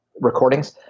recordings